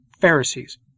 Pharisees